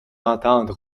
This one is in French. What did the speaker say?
entendre